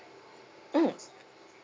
mm